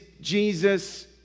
Jesus